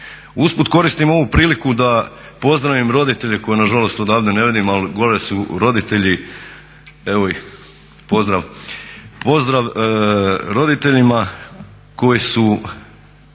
Usput koristim ovu priliku da pozdravim roditelje koje na žalost odavde ne vidim, ali gore su roditelji. Evo ih, pozdrav. Pozdrav roditeljima koji su